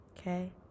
Okay